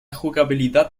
jugabilidad